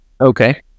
Okay